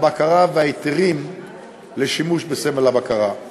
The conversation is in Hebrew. הבקרה וההיתרים לשימוש בסמל הבקרה,